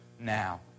Now